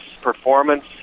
performance